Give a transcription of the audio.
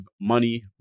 money